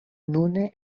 nune